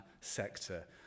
sector